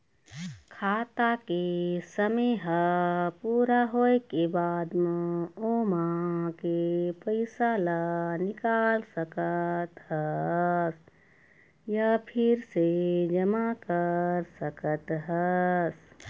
खाता के समे ह पूरा होए के बाद म ओमा के पइसा ल निकाल सकत हस य फिर से जमा कर सकत हस